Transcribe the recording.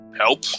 help